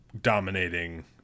dominating